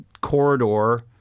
corridor